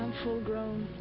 full-grown.